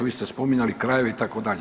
Vi ste spominjali krajeve itd.